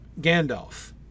Gandalf